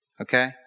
okay